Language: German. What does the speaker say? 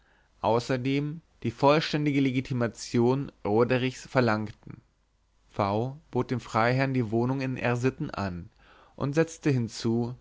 außerdem die vollständige legitimation roderichs verlangten v bot dem freiherrn die wohnung in r sitten an und setzte hinzu